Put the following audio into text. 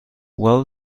well